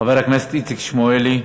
חבר הכנסת איציק שמולי,